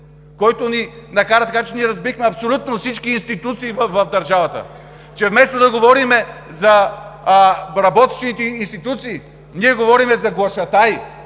който направи така, че ние разбихме абсолютно всички институции в държавата, че вместо да говорим за работещите институции, говорим за глашатаи,